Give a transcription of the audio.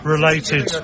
related